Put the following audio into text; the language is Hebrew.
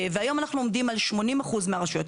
והיום אנחנו עומדים על 80% מהרשויות.